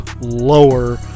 lower